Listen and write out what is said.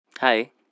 Hi